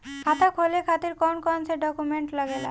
खाता खोले खातिर कौन कौन डॉक्यूमेंट लागेला?